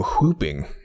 whooping